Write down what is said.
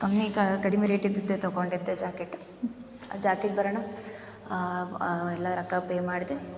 ಕಮ್ಮಿ ಕಡಿಮೆ ರೇಟಿಂದು ತಗೊಂಡಿದ್ದೆ ಜಾಕೆಟ್ ಆ ಜಾಕೆಟ್ ಬರೋಣ ಎಲ್ಲ ರೊಕ್ಕ ಪೇ ಮಾಡಿದೆ